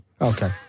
Okay